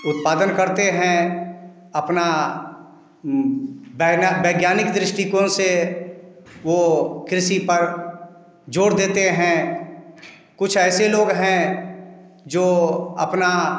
उत्पादन करते हैं अपना बैना वैज्ञानिक दृष्टिकोण से वो कृषि पर जोर देते हैं कुछ ऐसे लोग हैं जो अपना